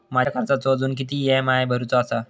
माझ्या कर्जाचो अजून किती ई.एम.आय भरूचो असा?